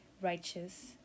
righteous